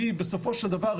כי בסופו של דבר,